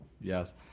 Yes